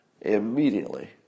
immediately